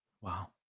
Wow